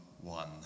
one